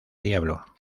diablo